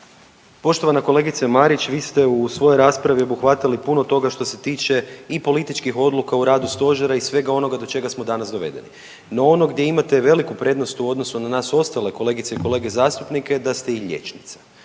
Poštovana kolegice Marić vi ste u svojoj raspravi obuhvatili puno toga što se tiče i političkih odluka u radu stožera i svega onoga do čega smo danas dovedeni. No, ono gdje imate veliku prednost u odnosu na ostale kolegice i kolege zastupnike je da ste i liječnica.